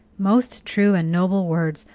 most true and noble words,